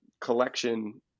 collection